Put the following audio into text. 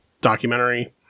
documentary